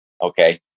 okay